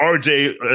RJ